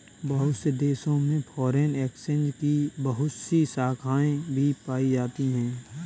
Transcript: बहुत से देशों में फ़ोरेन एक्सचेंज की बहुत सी शाखायें भी पाई जाती हैं